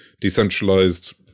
decentralized